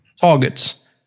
targets